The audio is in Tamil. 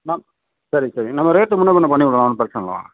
நான் சரிங்க சார் நம்ம ரேட்டு முன்னே பின்னே பண்ணிவிடுவோம் ஒன்றும் பிரச்சனை இல்லை வாங்க